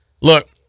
look